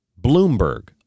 Bloomberg